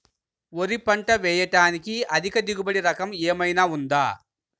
వరి పంట వేయటానికి అధిక దిగుబడి రకం ఏమయినా ఉందా?